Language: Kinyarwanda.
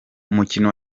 umukino